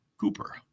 Cooper